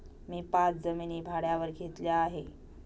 मी पाच जमिनी भाड्यावर घेतल्या आहे